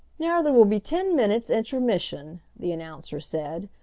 now there will be ten minutes' intermission, the announcer said,